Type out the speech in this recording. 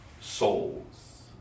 souls